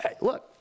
Look